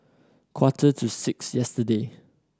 quarter to six yesterday